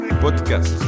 Podcast